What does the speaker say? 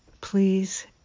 please